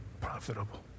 profitable